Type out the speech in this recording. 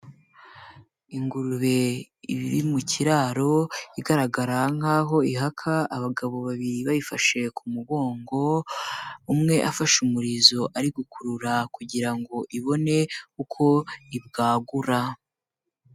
Ingurube iba iri mu kiraro, igaragara nk'aho ihaka, abagabo babiri bayifashe ku mugongo, umwe afashe umurizo ari gukurura kugira ngo ibone uko ibwagura.